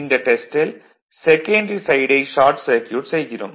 இந்த டெஸ்டில் செகன்டரி சைடை ஷார்ட் சர்க்யூட் செய்கிறோம்